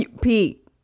Pete